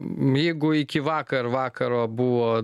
jeigu iki vakar vakaro buvo